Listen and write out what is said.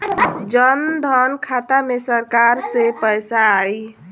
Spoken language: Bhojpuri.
जनधन खाता मे सरकार से पैसा आई?